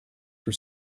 were